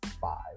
five